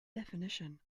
definition